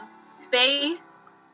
space